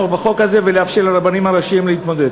בחוק הזה ולאפשר לרבנים הראשיים להתמודד.